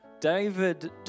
David